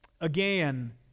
Again